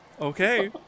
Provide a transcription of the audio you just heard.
Okay